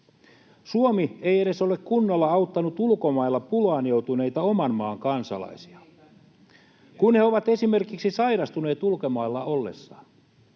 Suomi ei edes ole kunnolla auttanut ulkomailla pulaan joutuneita oman maan kansalaisia, kun he ovat esimerkiksi sairastuneet ulkomailla ollessaan.